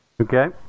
Okay